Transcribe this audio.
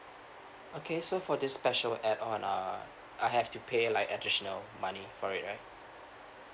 okay so for the special add on err I have to pay like additional money for it right